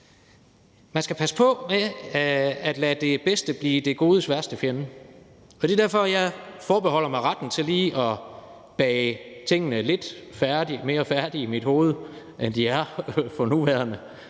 Man skal passe på med at lade det bedste blive det godes værste fjende. Det er derfor, jeg forbeholder mig retten til lige at bage tingene lidt mere færdige i mit hoved, end de er for nuværende,